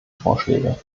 vorschläge